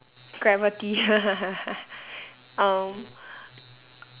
gravity um